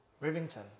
Rivington